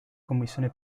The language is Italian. commissione